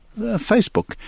Facebook